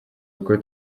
uko